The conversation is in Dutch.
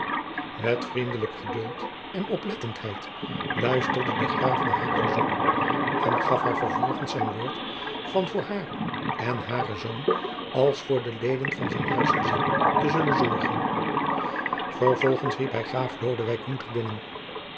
met vriendelijk geduld en oplettenheid luisterde de graaf naar haar verzoek en gaf haar vervolgens zijn woord van voor haar en haren zoon als voor de leden van zijn huisgezin te zullen zorgen vervolgens riep hij graaf lodewijk gunther binnen